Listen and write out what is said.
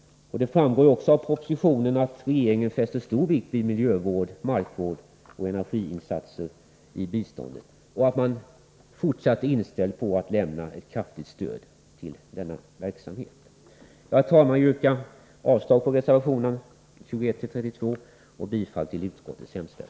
Det framgår också av propositionen att regeringen fäster stor vikt vid miljövård, markvård och energiinsatser i biståndet och att man är inställd på att ge ett fortsatt kraftigt stöd till denna verksamhet. Herr talman! Jag yrkar avslag på reservationerna nr 29-32 och bifall till utskottets hemställan.